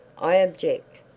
i object.